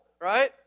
right